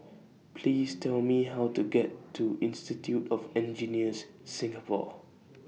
Please Tell Me How to get to Institute of Engineers Singapore